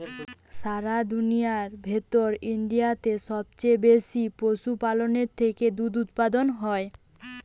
সারা দুনিয়ার ভেতর ইন্ডিয়াতে সবচে বেশি পশুপালনের থেকে দুধ উপাদান হয়